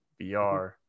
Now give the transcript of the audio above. VR